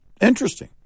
Interesting